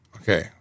Okay